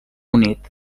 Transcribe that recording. unit